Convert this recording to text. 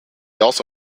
also